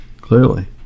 Clearly